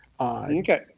Okay